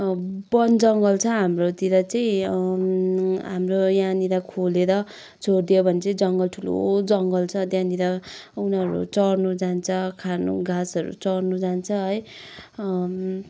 वनजङ्गल छ हाम्रोतिर चाहिँ हाम्रो यहाँनिर खोलेर छोडिदियो भने चाहिँ जङ्गल ठुलो जङ्गल छ त्यहाँनिर उनीहरू चर्नु जान्छ खानु घाँसहरू चर्नु जान्छ है